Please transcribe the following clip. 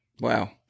Wow